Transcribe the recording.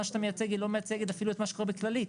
שאתה מייצג לא מייצגת אפילו את מה שקורה בכללית.